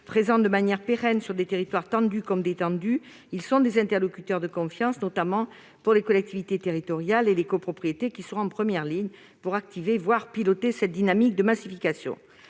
Présentes de manière pérenne sur des territoires tendus comme détendus, elles sont des interlocuteurs de confiance, notamment pour les collectivités territoriales et les copropriétés qui seront en première ligne pour activer, voire piloter, cette dynamique de massification.